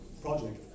project